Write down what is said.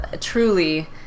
truly